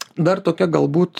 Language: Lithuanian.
dar tokia galbūt